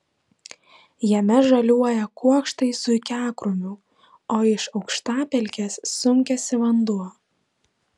jame žaliuoja kuokštai zuikiakrūmių o iš aukštapelkės sunkiasi vanduo